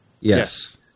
Yes